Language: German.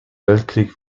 weltkrieg